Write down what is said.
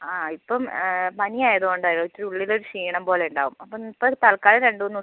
ആ ഇപ്പം പനിയായതുകൊണ്ടാ പക്ഷേ ഉള്ളിലൊരു ക്ഷീണം പോലെ ഉണ്ടാവും അപ്പം ഇപ്പം തൽക്കാലം രണ്ട് മൂന്ന് ദിവസം